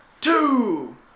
two